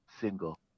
single